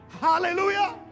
Hallelujah